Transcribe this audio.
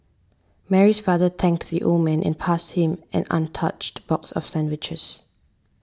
Mary's father thanks the old man and passed him an untouched box of sandwiches